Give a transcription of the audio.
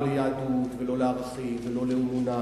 לא ליהדות ולא לערכים ולא לאמונה,